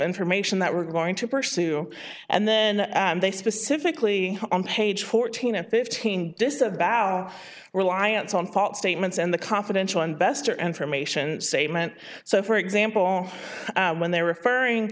information that we're going to pursue and then they specifically on page fourteen and fifteen disavowed reliance on part statements and the confidential investor and formation say meant so for example when they were referring